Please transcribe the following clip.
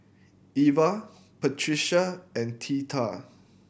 Iva Patricia and Theta